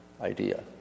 idea